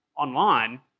online